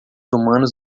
humanos